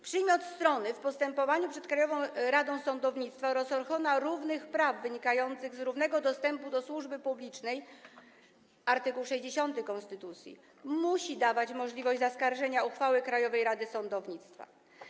Przymiot strony w postępowaniu przed Krajową Radą Sądownictwa oraz ochrona równych praw wynikających z równego dostępu do służby publicznej - art. 60 konstytucji - muszą dawać możliwość zaskarżenia uchwały Krajowej Rady Sądownictwa.